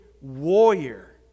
warrior